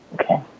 Okay